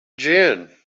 gin